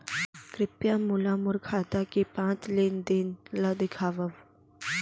कृपया मोला मोर खाता के पाँच लेन देन ला देखवाव